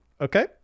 Okay